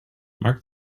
mark